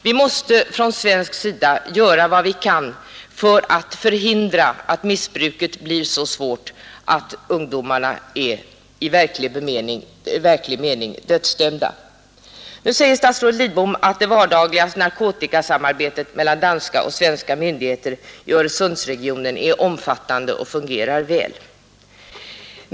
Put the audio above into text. Vi måste från svensk sida göra vad vi kan för att förhindra att missbruket blir så svårt att ungdomarna är i verklig mening dödsdömda. Nu säger statsrådet Lidbom att det ”vardagliga narkotikasamarbetet mellan danska och svenska myndigheter i Öresundsregionen är omfattande och fungerar väl”.